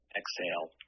exhale